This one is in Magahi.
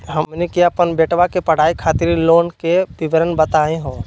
हमनी के अपन बेटवा के पढाई खातीर लोन के विवरण बताही हो?